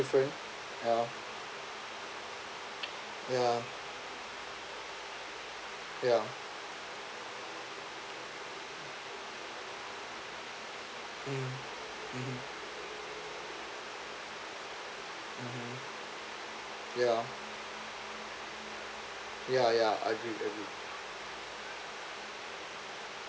different ya ya ya mm mmhmm ya ya ya I agree I agree